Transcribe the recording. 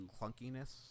clunkiness